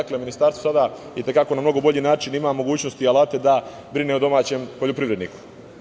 Dakle, Ministarstvo sada na mnogo bolji način ima mogućnosti i alate da brine o domaćem poljoprivredniku.